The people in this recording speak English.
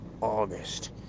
August